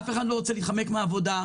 אף אחד לא רוצה להתחמק מן העבודה.